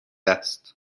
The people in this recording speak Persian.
است